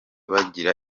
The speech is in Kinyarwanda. bagira